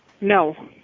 No